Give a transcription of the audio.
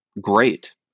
great